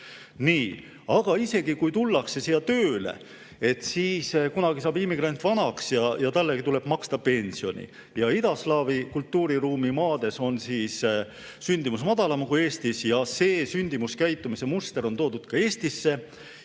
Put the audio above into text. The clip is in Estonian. Aga isegi kui tullakse siia tööle, siis kunagi saab immigrant vanaks ja talle tuleb maksta pensioni. Idaslaavi kultuuriruumi maades on sündimus madalam kui Eestis ja see sündimuskäitumise muster on toodud ka Eestisse.